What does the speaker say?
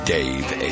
Dave